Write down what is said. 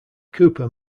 cooper